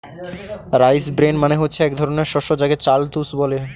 rice bran মানে হচ্ছে এক ধরনের শস্য যাকে চাল তুষ বলে